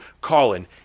colin